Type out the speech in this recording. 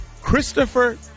Christopher